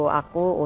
aku